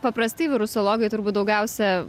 paprastai virusologai turbūt daugiausia